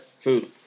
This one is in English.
food